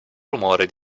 rumore